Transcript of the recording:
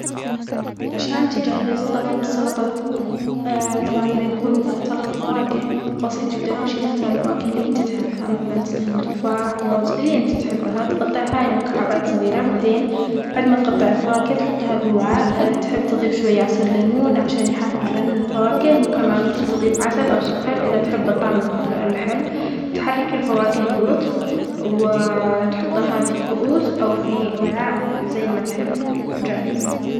عشان تجهز طبق السلطة طبعا بيكون سلطة فواكه بسيط جدا. أول شي تختار الفواكه اللي أنت تحبها مثلا أنت تستخدم تفاح موز اللي أنت تحبها تقطعها الي مكعبات صغيرة، بعدين بعد ما تقطع الفواكه تحطها بوعاء، تحب تضيف شوية عصير ليمون عشان يحافظ على رن الفواكه، وكمان ممكن تضيف عسل أو سكر، إذا تحب الطعم الك- الحلو تحرك الفواكه بلطف و تحطها في كؤوس أو في وعاء زي ما تحب وجاهز.